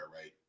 right